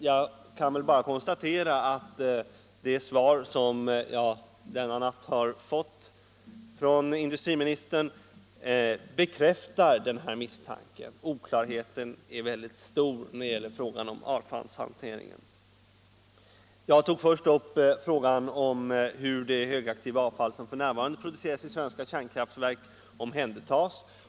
Jag kan väl bara konstatera att det svar som jag denna natt har fått av industriministern bekräftar min misstanke. Oklarheten är väldigt stor när det gäller frågan om avfallshanteringen. Jag tog först upp frågan hur det högaktiva avfall som f. n. produceras i svenska kärnkraftverk omhändertas.